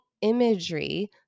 imagery